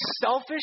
selfish